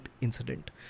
incident